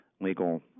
legal